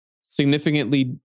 significantly